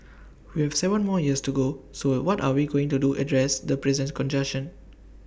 we have Seven more years to go so what are we doing to address the presence congestion